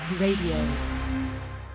Radio